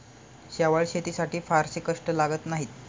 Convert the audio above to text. शेवाळं शेतीसाठी फारसे कष्ट लागत नाहीत